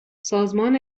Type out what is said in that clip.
سازمان